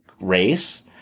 race